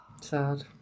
Sad